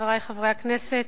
חברי חברי הכנסת,